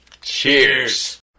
Cheers